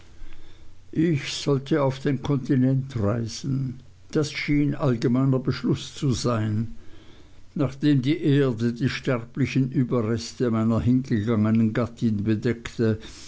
ich sollte auf den kontinent reisen das schien allgemeiner beschluß zu sein nachdem die erde die sterblichen überreste meiner hingegangenen gattin bedeckte